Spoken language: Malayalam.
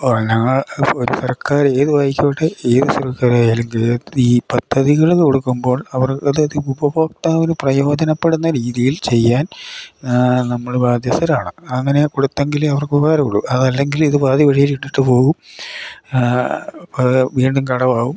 ആ ഞങ്ങൾ ഒരു സർക്കാർ ഏതുമായിക്കോട്ടെ ഏത് സർക്കാരായാൽ എന്ത് ഈ പദ്ധതികൾ കൊടുക്കുമ്പോൾ അവർ അതത് ഉപഭോക്താവിന് പ്രയോജനപ്പെടുന്ന രീതിയിൽ ചെയ്യാൻ നമ്മൾ ബാധ്യസ്ഥരാണ് അങ്ങനെ കൊടുത്തെങ്കിലേ അവർക്ക് ഉപകാരമുള്ളൂ അതല്ലെങ്കിൽ ഇത് പാതി വഴിയിൽ ഇട്ടിട്ട് പോവും വീണ്ടും കടമാവും